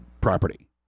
property